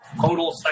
Total